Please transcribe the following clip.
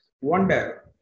wonder